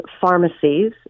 pharmacies